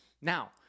Now